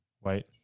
White